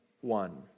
one